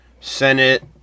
Senate